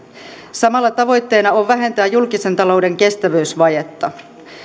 samalla tavoitteena on vähentää julkisen talouden kestävyysvajetta